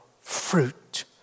fruit